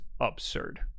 absurd